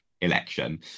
election